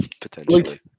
potentially